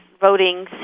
voting